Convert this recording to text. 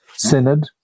Synod